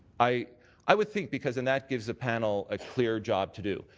i i would think because and that gives the panel a clear job to do.